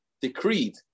decreed